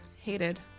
hated